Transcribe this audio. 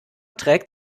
trägt